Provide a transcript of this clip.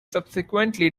subsequently